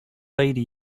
lady